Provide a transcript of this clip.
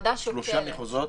3 מחוזות?